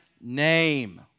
name